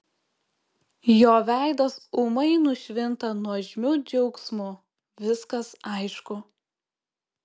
jo veidas ūmai nušvinta nuožmiu džiaugsmu viskas aišku